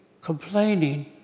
complaining